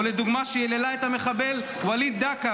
או לדוגמה שהיא היללה את המחבל וליד דקה